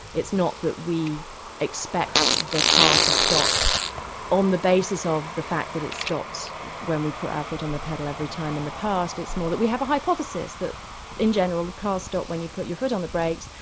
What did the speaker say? it's not that we expect the car to stop on the basis of the fact that it stops when we put our foot on the pedal every time in the past, it's more that we have a hypothesis that in general the car stops when you put your foot on the brakes,